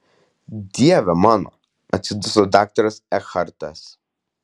dieve mano atsiduso daktaras ekhartas